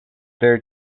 their